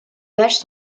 vaches